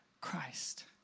Christ